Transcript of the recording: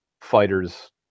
fighters